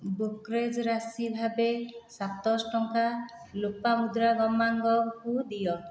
brokerage ରାଶି ଭାବେ ସାତଶହ ଟଙ୍କା ଲୋପାମୁଦ୍ରା ଗମାଙ୍ଗଙ୍କୁ ଦିଅ